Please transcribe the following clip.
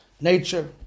nature